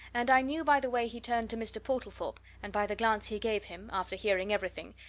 and i knew by the way he turned to mr. portlethorpe and by the glance he gave him, after hearing everything,